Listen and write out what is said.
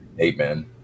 amen